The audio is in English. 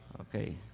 Okay